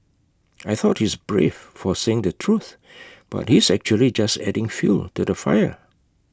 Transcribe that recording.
I thought he's brave for saying the truth but he's actually just adding fuel to the fire